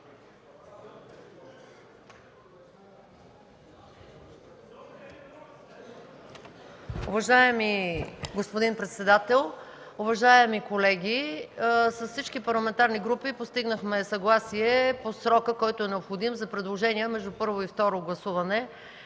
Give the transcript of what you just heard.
Уважаеми господин председател, уважаеми колеги! С всички парламентарни групи постигнахме съгласие по срока, който е необходим, за предложения между първо и второ гласуване